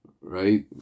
right